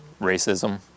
racism